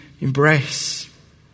embrace